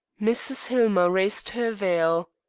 mrs. hillmer raised her veil.